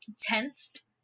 tense